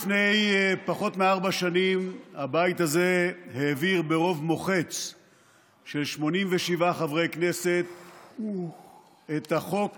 לפני פחות מארבע שנים הבית הזה העביר ברוב מוחץ של 87 חברי כנסת את החוק